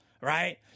right